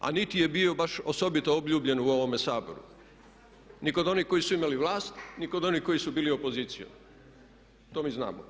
A niti je bio baš osobito obljubljen u ovome Saboru ni kod onih koji su imali vlast ni kod onih koji su bili opozicija, to mi znamo.